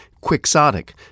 quixotic